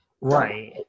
Right